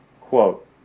quote